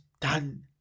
done